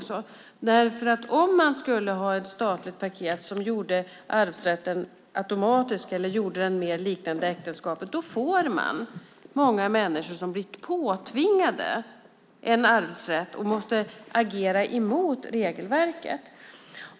Skulle man ha ett statligt paket som gjorde arvsrätten automatisk eller mer lik äktenskapet får man många människor som blir påtvingade en arvsrätt och måste agera mot regelverket.